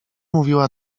mówiła